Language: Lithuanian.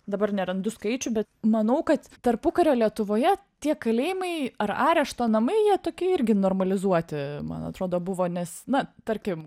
dabar nerandu skaičių bet manau kad tarpukario lietuvoje tie kalėjimai ar arešto namai jie tokie irgi normalizuoti man atrodo buvo nes na tarkim